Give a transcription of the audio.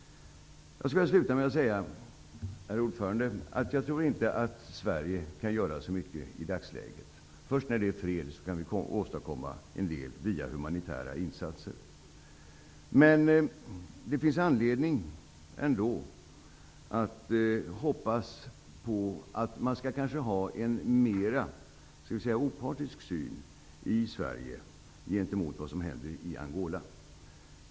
Jag tror inte att Sverige kan göra så mycket i dagsläget. Först när det är fred kan vi åstadkomma en del via humanitära insatser. Men det finns ändå anledning att hoppas på att man i Sverige skall ha en mera ''opartisk'' syn på vad som händer i Angola.